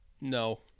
No